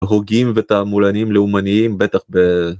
רוגעים ותעמולנים לאומניים בטח ב.